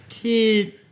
Kid